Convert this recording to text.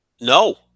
No